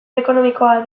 ekonomikoa